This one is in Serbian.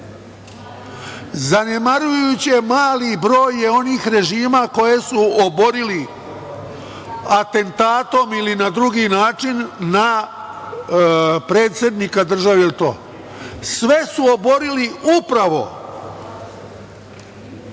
Zanemarujuće mali broj je onih režima koje su oborili atentatom, ili na drugi način, na predsednika države. Sve su oborili upravo